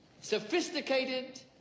sophisticated